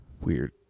weird